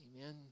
Amen